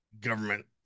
government